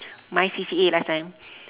my C_C_A last time